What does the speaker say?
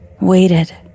waited